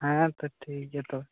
ᱦᱮᱸ ᱛᱚ ᱴᱷᱤᱠ ᱜᱮᱭᱟ ᱛᱚᱵᱮ